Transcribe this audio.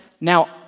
Now